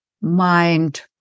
mind